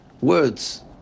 words